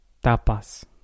tapas